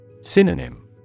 Synonym